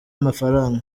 amafaranga